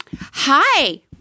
Hi